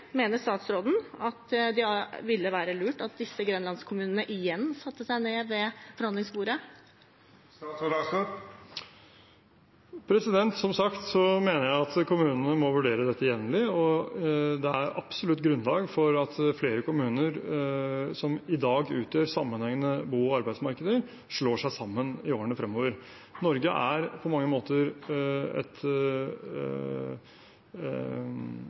seg ned ved forhandlingsbordet? Som sagt mener jeg at kommunene må vurdere dette jevnlig, og det er absolutt grunnlag for at flere kommuner som i dag utgjør sammenhengende bo- og arbeidsmarkeder, slår seg sammen i årene fremover. Norge er et land som er overadministrert på mange